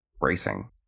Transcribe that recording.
racing